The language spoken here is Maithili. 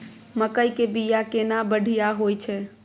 मकई के बीया केना बढ़िया होय छै?